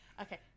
Okay